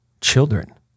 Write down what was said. Children